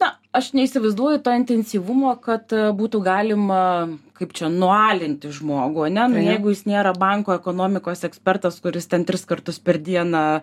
na aš neįsivaizduoju to intensyvumo kad būtų galima kaip čia nualinti žmogų ane jeigu jis nėra banko ekonomikos ekspertas kuris ten tris kartus per dieną